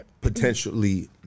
potentially